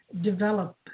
develop